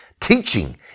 Teaching